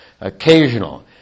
Occasional